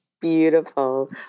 Beautiful